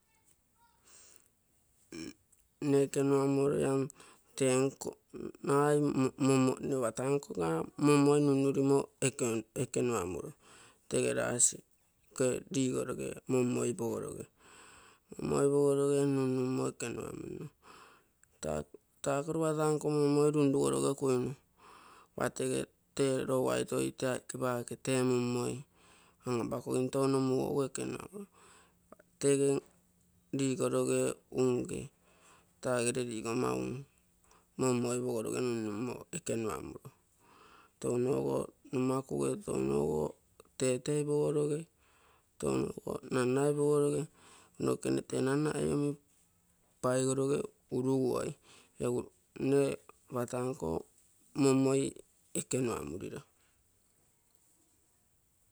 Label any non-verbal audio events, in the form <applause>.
<noise> Nne ekenua muroi mm ropata nko nkomma mommoi nun-nurimo ekenuaauiro. Tege rasi rigoroge mommoi pogoroge. Mommoi pogoroge numnummo ekenua-muro. Taako repa taa nko mommoi run-rugoroge kuinu, ropa tege te laigai tee aike paake temunmoi an-apakogim, touno mugaige ekenuamuro, tege rigoroge unge togere rigomma ung mommoi pogoroge numnumo ekenuamoro. Tounoge nomakuge, tounoge teetei pogoroge, tounoge nannai pogoroge, nokekene tee naanai omi paigoroge uruguoi, egu nne ropaata nko mommoi ekenuamuro.